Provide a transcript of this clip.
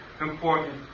important